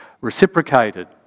reciprocated